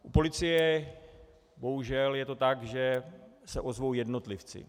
U policie bohužel je to tak, že se ozvou jednotlivci.